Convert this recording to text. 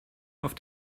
auf